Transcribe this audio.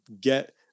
get